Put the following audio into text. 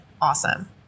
awesome